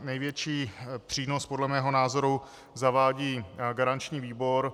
Největší přínos podle mého názoru zavádí garanční výbor.